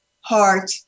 heart